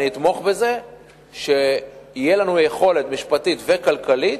אני אתמוך בזה שתהיה לנו יכולת משפטית וכלכלית.